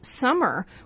summer